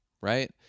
right